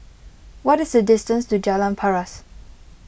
what is the distance to Jalan Paras